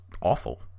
awful